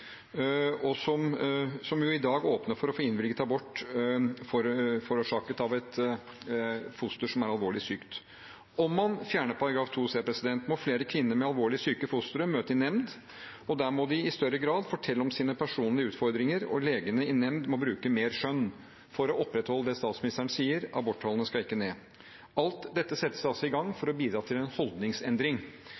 og som jo i dag åpner for å få innvilget abort forårsaket av et foster som er alvorlig sykt. Om man fjerner § 2c, må flere kvinner med alvorlig syke fostre møte i nemnd, og der må de i større grad fortelle om sine personlige utfordringer, og legene i nemnd må bruke mer skjønn for å opprettholde det statsministeren sier – aborttallene skal ikke ned. Alt dette settes altså i gang for